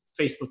Facebook